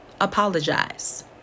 apologize